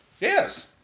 Yes